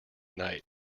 night